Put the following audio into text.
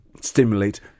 stimulate